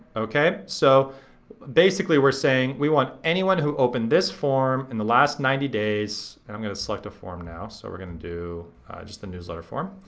okay? so basically we're saying we want anyone who opened this form in the last ninety days, and i'm gonna select a form now, so we're gonna do just the newsletter form,